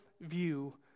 view